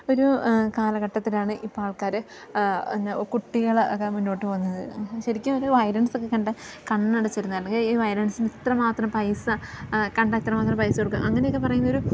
ഒരു കാലഘട്ടത്തിലാണ് ഇപ്പം ആൾക്കാർ എന്നാ കുട്ടികളൊക്കെ മുന്നോട്ട് പോവുന്നത് ശരിക്കും ഒരു വൈലൻസ് ഒക്കെ കണ്ട കണ്ണടച്ചിരുന്ന അല്ലെങ്കിൽ ഈ വയലൻസിന് ഇത്ര മാത്രം പൈസ കണ്ട എത്ര മാത്രം പൈസ കൊടുക്കുക അങ്ങനെയൊക്കെ പറയുന്ന ഒരു